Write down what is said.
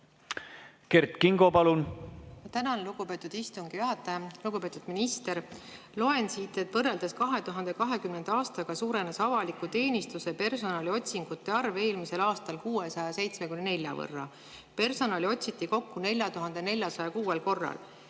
Kert Kingo, palun!